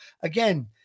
again